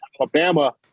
Alabama